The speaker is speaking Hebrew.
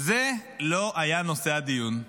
זה לא היה נושא הדיון.